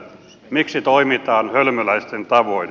miksi toimitaan hölmöläisten tavoin